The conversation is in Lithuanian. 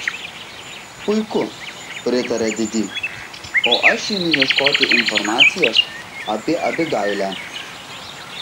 puiku pritarė didi o aš einu ieškoti informacijos apie abigailę